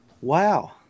Wow